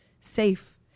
safe